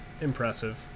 impressive